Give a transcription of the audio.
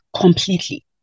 completely